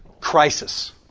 crisis